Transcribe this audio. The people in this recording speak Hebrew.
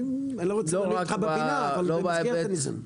אני לא רוצה להעמיד אותך בפינה אבל במסגרת הדיון.